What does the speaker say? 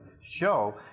show